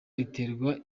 riterwa